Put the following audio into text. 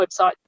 website